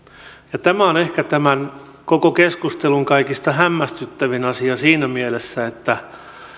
tämä on ehkä tämän koko keskustelun kaikista hämmästyttävin asia siinä mielessä että